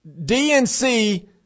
DNC